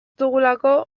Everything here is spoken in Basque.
dugulako